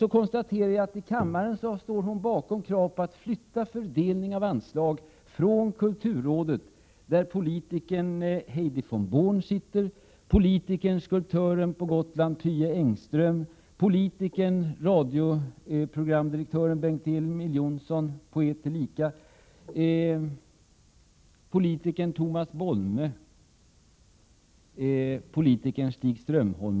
Så konstaterar jag att hon i kammaren står bakom kravet att flytta bort fördelningen av anslag från kulturrådet, där ”politikern” Heidi von Born sitter, tillika med ”politikern”, skulptören på Gotland Pye Engström, ”politikern” radioprogramdirektören Bengt Emil Johnson, poet tillika, ”politikern” Tomas Bolme, ”politikern” Stig Strömholm.